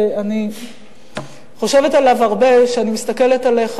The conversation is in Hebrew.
ואני חושבת עליו הרבה כשאני מסתכלת עליך,